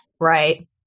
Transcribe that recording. Right